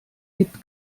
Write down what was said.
gibt